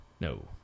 no